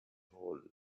hole